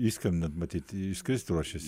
išskrendan matyt išskrist ruošias